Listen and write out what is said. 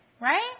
right